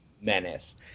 menace